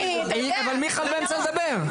אבל מיכל באמצע לדבר.